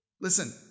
listen